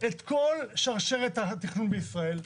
את כל שרשרת התכנון בישראל,